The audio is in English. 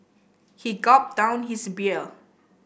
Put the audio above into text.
he gulped down his beer